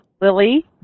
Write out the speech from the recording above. Lily